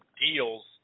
deals